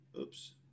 oops